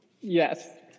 yes